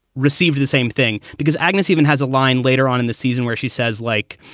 received the same thing, because agnes even has a line later on in the season where she says, like,